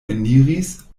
eniris